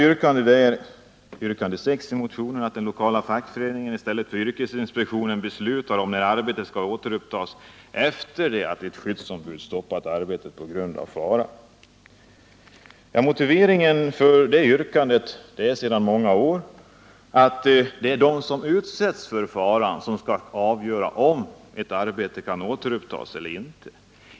Yrkandet 6 i motionen vill ge den lokala fackföreningen i stället för yrkesinspektionen rätt att besluta om när arbetet skall återupptas efter att ett skyddsombud stoppat arbetet på grund av fara. Motiveringen är sedan många år att det är de som utsätts för faran som skall avgöra om ett arbete kan återupptas eller inte.